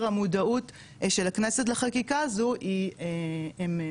המודעות של הכנסת לחקיקה הזו הם מטעות,